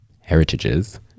heritages